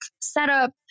setup